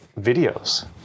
videos